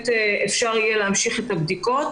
ואפשר יהיה להמשיך את עריכת הבדיקות,